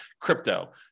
crypto